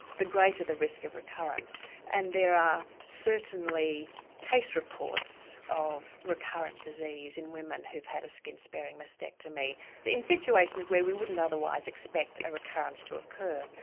the greater the risk of recurrence and there are certainly case reports of recurrent disease in women who've had a skin sparing mastectomy in situations where we wouldn't otherwise expect a recurrence to occur.